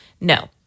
No